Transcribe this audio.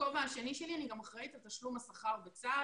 בכובע השני שלי אני גם אחראית על תשלום השכר בצה"ל